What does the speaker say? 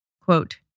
Quote